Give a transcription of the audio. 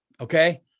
Okay